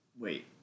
Wait